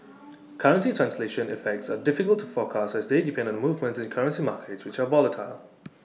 currency translation effects are difficult to forecast as they depend on movements in currency markets which are volatile